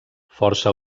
força